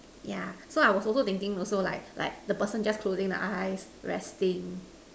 yeah so I was also thinking also like like the person just closing the eyes resting